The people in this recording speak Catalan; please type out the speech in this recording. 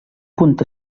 punt